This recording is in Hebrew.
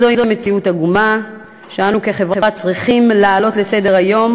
זוהי מציאות עגומה שאנו כחברה צריכים להעלות על סדר-היום,